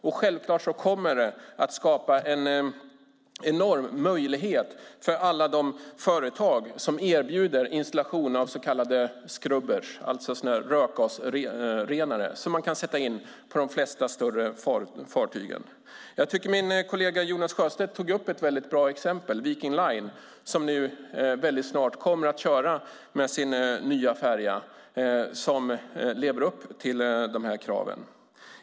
Och självklart kommer det att skapa en enorm möjlighet för alla de företag som erbjuder installation av så kallade skrubbrar, alltså rökgasrenare, som man kan sätta in på de flesta större fartyg. Min kollega Jonas Sjöstedt tog upp ett väldigt bra exempel: Viking Line kommer snart att köra med sin nya färja, som lever upp till dessa krav.